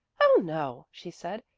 oh, no, she said.